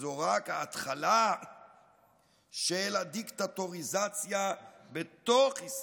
רק ההתחלה של הדיקטטוריזציה בתוך ישראל,